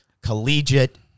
collegiate